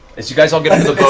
as you guys all get into the